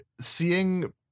Seeing